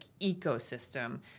ecosystem